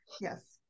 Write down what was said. yes